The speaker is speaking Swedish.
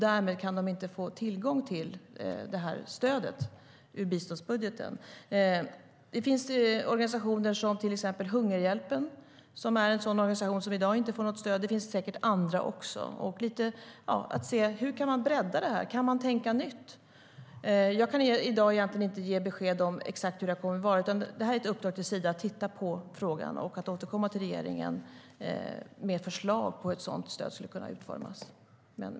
Därmed kan de inte få tillgång till det här stödet från biståndsbudgeten. Hungerhjälpen är till exempel en sådan organisation som i dag inte får något stöd. Det finns säkert andra också. Det handlar lite om att se: Hur kan man bredda det här? Kan man tänka nytt? Jag kan i dag inte ge besked om exakt hur det här kommer att vara. Det är ett uppdrag till Sida att titta på frågan och återkomma till regeringen med förslag på hur ett sådant stöd skulle kunna utformas.